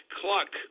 cluck